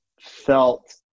felt